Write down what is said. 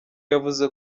yavuze